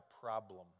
problem